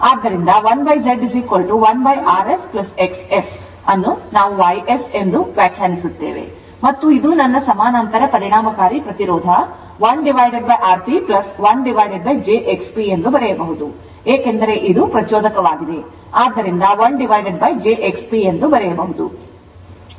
ಆದ್ದರಿಂದ 1Z 1rs XS ಅನ್ನು ನಾವು YS ಎಂದು ವ್ಯಾಖ್ಯಾನಿಸುತ್ತೇವೆ ಮತ್ತು ಇದು ನನ್ನ ಸಮಾನಾಂತರ ಪರಿಣಾಮಕಾರಿ ಪ್ರತಿರೋಧ 1Rp 1jXP ಎಂದು ಬರೆಯಬಹುದು ಏಕೆಂದರೆ ಇದು ಪ್ರಚೋದಕವಾಗಿದೆ ಆದ್ದರಿಂದ 1 jXP ಎಂದು ಬರೆಯಬಹುದು